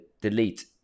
delete